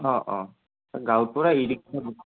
অঁ অঁ গাঁৱৰ পৰা ই ৰিক্সা